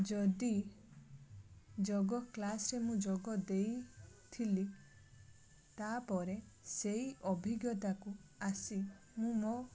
ଯଦି ଯୋଗ କ୍ଲାସ୍ରେ ମୁଁ ଯୋଗ ଦେଇଥିଲି ତା ପରେ ସେଇ ଅଭିଜ୍ଞତାକୁ ଆସି ମୁଁ ମୋ